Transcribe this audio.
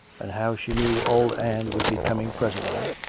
and how she knew old ann would be coming pres ently,